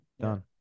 Done